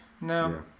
no